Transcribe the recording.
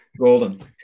golden